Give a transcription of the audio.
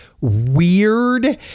weird